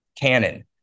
canon